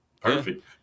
Perfect